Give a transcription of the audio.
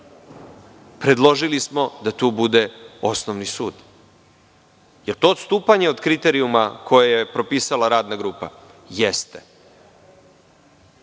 predložili smo da tu bude osnovni sud. Da li je to odstupanje od kriterijuma koje je propisala radna grupa? Jeste,